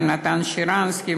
עם נתן שרנסקי,